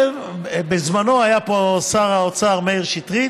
בזמנו היה פה שר האוצר מאיר שטרית,